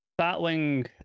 Batwing